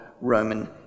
Roman